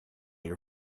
your